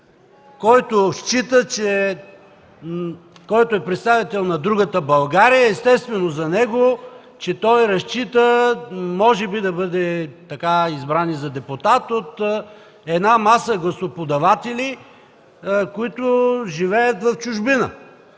представител на „Другата България”, и естествено за него е, че той разчита може би да бъде избран за депутат от една маса гласоподаватели, които живеят в чужбина.